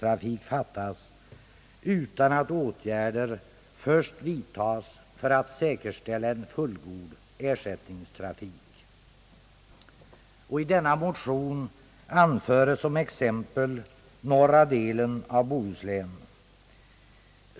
norra delen av Bohuslän.